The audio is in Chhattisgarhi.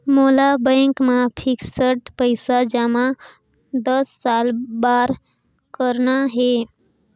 मोला बैंक मा फिक्स्ड पइसा जमा दस साल बार करना हे?